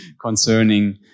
concerning